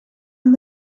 and